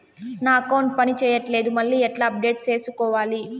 నా అకౌంట్ పని చేయట్లేదు మళ్ళీ ఎట్లా అప్డేట్ సేసుకోవాలి?